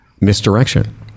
misdirection